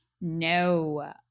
No